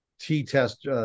T-test